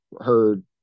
heard